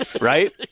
right